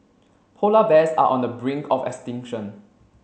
polar bears are on the brink of extinction